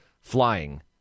flying